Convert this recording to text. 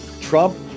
Trump